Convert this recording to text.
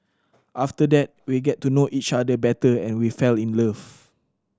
after that we get to know each other better and we fell in love